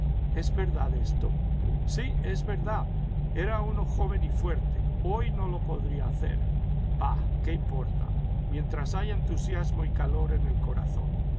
es verdad esto sí es verdad era uno joven y fuerte hoy no lo podría hacer bah qué importa mientras haya entusiasmo y calor en el corazón